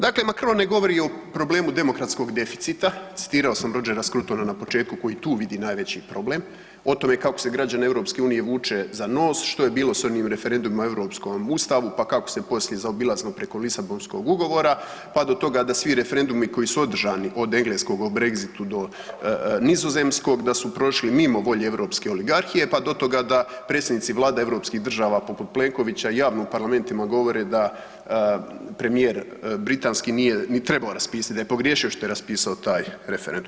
Dakle, Macron ne govori o problemu demokratskog deficita, citirao sam Rogera Scrutona na početku, koji tu vidi najveći problem, o tome kako se građane Europske Unije vuče za nos, što je bilo s onim referendumima o europskom Ustavu, pa kako se poslije zaobilazilo preko Lisabonskog ugovora, pa do toga da svi referendumi koji su održani od engleskog o Brexitu do nizozemskog, da su prošli mimo volje europske oligarhije, pa do toga da predsjednici vlada europskih država, poput Plenkovića, javno u parlamentima govore da premijer britanski nije ni trebao raspisati, a je pogriješio što je raspisao taj referendum.